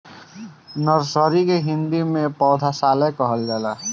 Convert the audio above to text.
nursery के हिंदी में पौधशाला कहल जाला